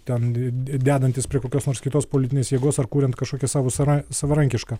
ten dedantys prie kokios nors kitos politinės jėgos ar kuriant kažkokią savo sara savarankišką